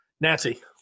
Nancy